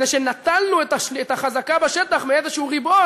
והוא שנטלנו את החזקה בשטח מאיזה ריבון